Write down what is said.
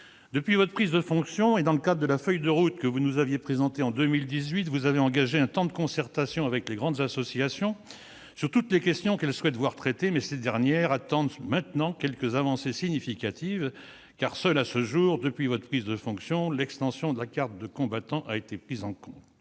depuis votre prise de fonction et dans le cadre de la feuille de route que vous nous aviez présentée en 2018, vous avez engagé un temps de concertation avec les grandes associations sur toutes les questions qu'elles souhaitent voir traiter ; mais elles attendent désormais des avancées significatives, car seule, à ce jour, depuis votre prise de fonction, l'extension de la carte du combattant a été prise en compte.